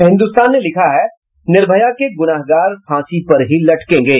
हिन्दुस्तान ने लिखा है निर्भया के गुनाहगार फांसी पर ही लटकेंगे